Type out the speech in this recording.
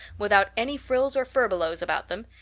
without any frills or furbelows about them,